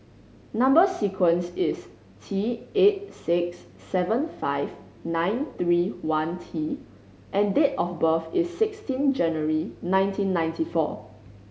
number sequence is T eight six seven five nine three one T and date of birth is sixteen January nineteen ninety four